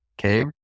Okay